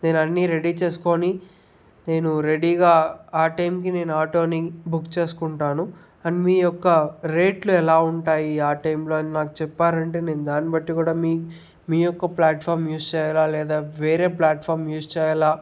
నేను అన్ని రెడీ చేసుకుని నేను రెడీగా ఆ టైంకి నేను ఆటోని బుక్ చేసుకుంటాను అండ్ మీ యొక్క రేట్లు ఎలా ఉంటాయి ఆ టైంలో అని నాకు చెప్పారంటే నేను దాన్ని బట్టి కూడా మీ మీ యొక్క ఫ్లాట్ఫామ్ యూస్ చెయ్యాల లేదా వేరే ఫ్లాట్ఫామ్ యూస్ చెయ్యాలా